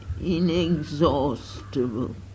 inexhaustible